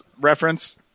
reference